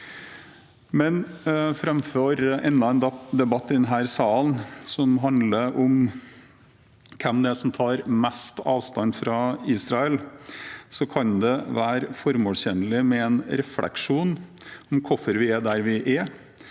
Framfor enda en debatt i denne salen som handler om hvem det er som tar mest avstand fra Israel, kan det være formålstjenlig med en refleksjon om hvorfor vi er der vi er,